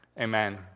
Amen